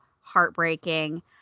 heartbreaking